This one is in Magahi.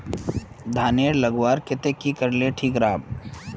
धानेर लगवार केते की करले ठीक राब?